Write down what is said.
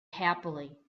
happily